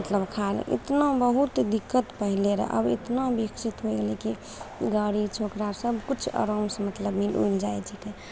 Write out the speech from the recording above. मतलब खा इतना बहुत मतलब बहुत दिक्कत पहिले रहय अब इतना विकसित होइ गेलय की गाड़ी छकड़ा सब किछु आरामसँ मतलब मिल उल जाइ छीकै